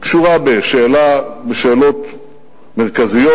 היא קשורה בשאלות מרכזיות.